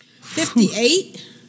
Fifty-eight